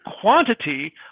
quantity